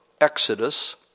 Exodus